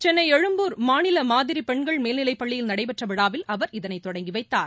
சென்னை எழும்பூர் மாநில மாதிரி பெண்கள் மேல்நிலைப் பள்ளியில் நடைபெற்ற விழாவில் அவர் இதனை தொடங்கி வைத்தார்